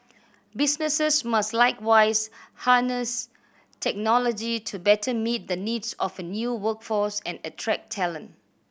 businesses must likewise harness technology to better meet the needs of a new workforce and attract talent